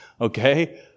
Okay